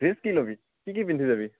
dress কি ল'বি কি কি পিন্ধি যাবি